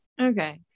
Okay